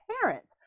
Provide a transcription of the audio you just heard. parents